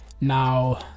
now